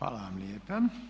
Hvala vam lijepa.